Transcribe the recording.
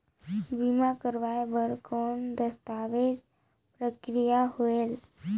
बीमा करवाय बार कौन दस्तावेज प्रक्रिया होएल?